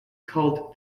called